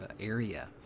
area